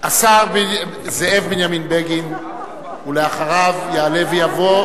השר זאב בנימין בגין, ואחריו יעלה ויבוא,